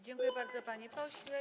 Dziękuję bardzo, panie pośle.